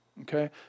Okay